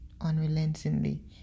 Unrelentingly